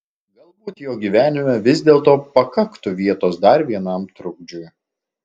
galbūt jo gyvenime vis dėlto pakaktų vietos dar vienam trukdžiui